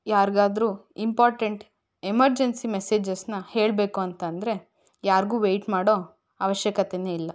ಯಾರಿಗಾದ್ರೂ important emergency ಮೆಸೇಜಸನ್ನ ಹೇಳಬೇಕು ಅಂತಂದರೆ ಯಾರಿಗೂ ವೆಯ್ಟ್ ಮಾಡೊ ಅವಶ್ಯಕತೆನೆ ಇಲ್ಲ